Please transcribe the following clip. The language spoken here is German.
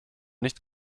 nicht